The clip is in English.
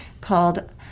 called